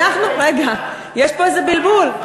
יש פה איזה בלבול.